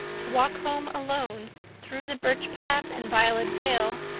to walk home alone through the birch path and violet vale,